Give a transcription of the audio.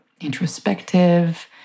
introspective